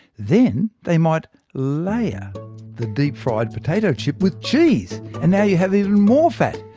then they might layer the deep-fried potato chip with cheese and now you have even more fat.